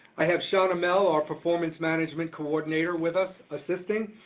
i have shana mell, our performance management coordinator with us assisting.